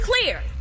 clear